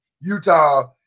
Utah